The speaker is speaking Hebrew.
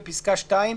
בפסקה (2),